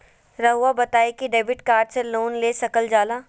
रहुआ बताइं कि डेबिट कार्ड से लोन ले सकल जाला?